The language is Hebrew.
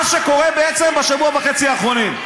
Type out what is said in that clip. מה שקורה בעצם בשבוע וחצי האחרונים.